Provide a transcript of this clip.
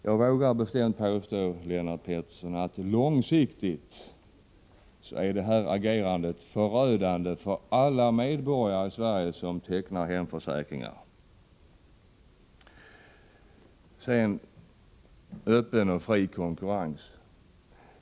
Jag vågar bestämt påstå, Lennart Pettersson, att långsiktigt är det här agerandet förödande för alla medborgare i Sverige som tecknar hemförsäkring. Sedan till frågan om öppen och fri konkurrens.